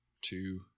Two